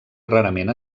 rarament